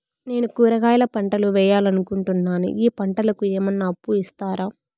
నేను కూరగాయల పంటలు వేయాలనుకుంటున్నాను, ఈ పంటలకు ఏమన్నా అప్పు ఇస్తారా?